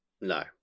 No